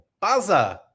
buzzer